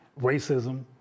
racism